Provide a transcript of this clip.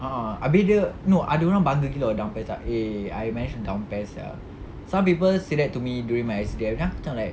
a'ah abeh dia no ada orang bangga gila down PES eh I managed to down PES sia some people say that to me during my S_C_D_F then aku macam like